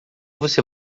você